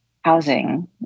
housing